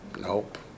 Nope